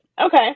Okay